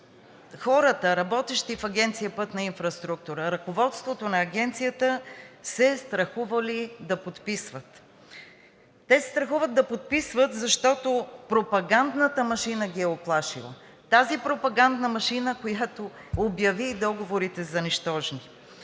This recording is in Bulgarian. хората, работещи в Агенция „Пътна инфраструктура“, ръководството на Агенцията, се страхували да подписват. Те се страхуват да подписват, защото пропагандната машина ги е уплашила. Тази пропагандна машина, която обяви договорите за нищожни.